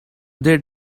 they